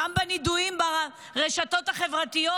גם בנידויים ברשתות החברתיות.